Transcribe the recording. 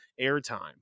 airtime